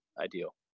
ideal